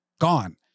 gone